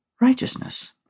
righteousness